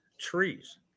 trees